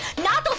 not